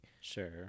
Sure